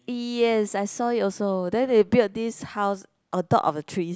yes I saw it also then they built this house on top of the trees